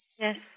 Yes